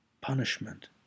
punishment